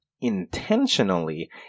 intentionally